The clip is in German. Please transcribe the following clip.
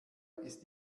ist